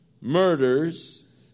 murders